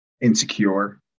insecure